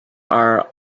are